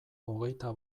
hogeita